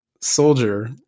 soldier